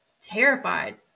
terrified